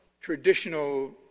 traditional